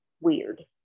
weird